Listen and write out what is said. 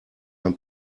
ein